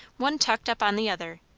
one tucked up on the other,